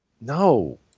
no